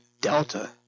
Delta